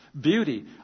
beauty